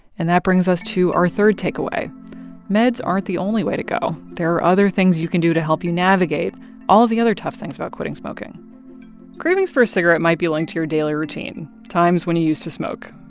and that brings us to our third takeaway meds aren't the only way to go. there are other things you can do to help you navigate all of the other tough things about quitting smoking cravings for a cigarette might be linked to your daily routine times when you used to smoke.